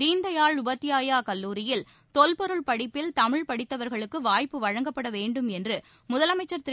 தீன் தயாள் உபாத்யாயா கல்லூரியில் தொல்பொருள் படிப்பில் தமிழ் படித்தவர்களுக்கு வாய்ப்பு வழங்கப்பட வேண்டும் என்று முதலைமச்சர் திரு